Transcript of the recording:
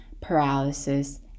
paralysis